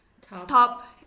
top